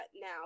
now